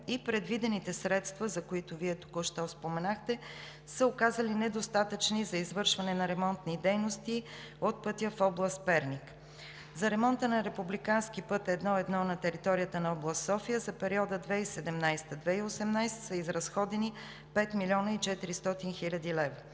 и предвидените средства, за които Вие току-що споменахте, се оказали недостатъчни за извършване на ремонтни дейности от пътя в област Перник. За ремонта на републикански път I-1 на територията на област София за периода 2017 – 2018 г. са изразходени 5 млн. 400 хил. лв.